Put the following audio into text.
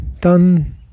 done